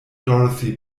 dorothy